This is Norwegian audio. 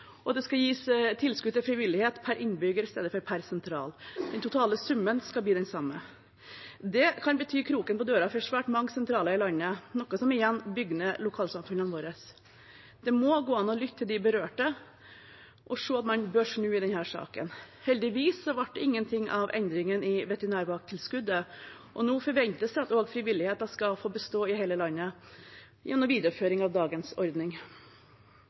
og det skal gis tilskudd til frivillighet per innbygger i stedet for per sentral, men den totale summen skal være den samme. Dette kan bety kroken på døra for svært mange sentraler i landet, noe som igjen bygger ned lokalsamfunnene våre. Det må gå an å lytte til de berørte og se at man bør snu i denne saken. Heldigvis ble det ingenting av forslaget om endring i veterinærvakttilskuddet, og nå forventes det at også frivilligheten skal få bestå i hele landet gjennom videreføring av dagens ordning.